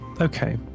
okay